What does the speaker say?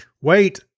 Wait